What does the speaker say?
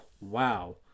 wow